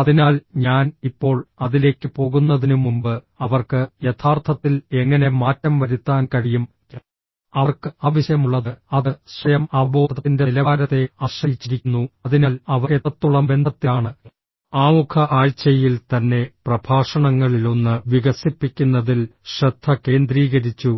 അതിനാൽ ഞാൻ ഇപ്പോൾ അതിലേക്ക് പോകുന്നതിനുമുമ്പ് അവർക്ക് യഥാർത്ഥത്തിൽ എങ്ങനെ മാറ്റം വരുത്താൻ കഴിയും അവർക്ക് ആവശ്യമുള്ളത് അത് സ്വയം അവബോധത്തിന്റെ നിലവാരത്തെ ആശ്രയിച്ചിരിക്കുന്നു അതിനാൽ അവർ എത്രത്തോളം ബന്ധത്തിലാണ് ആമുഖ ആഴ്ചയിൽ തന്നെ പ്രഭാഷണങ്ങളിലൊന്ന് വികസിപ്പിക്കുന്നതിൽ ശ്രദ്ധ കേന്ദ്രീകരിച്ചു